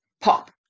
pop